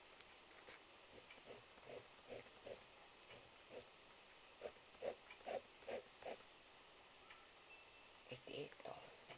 eighty eight dollar